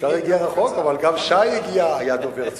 השר הגיע רחוק אבל גם שי הגיע, היה דובר צה"ל,